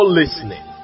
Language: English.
listening